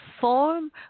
form